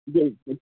बिल्कुल